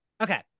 Okay